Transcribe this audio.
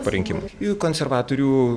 po rinkimų konservatorių